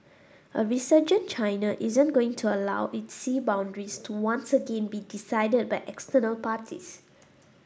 a resurgent China isn't going to allow its sea boundaries to once again be decided by external parties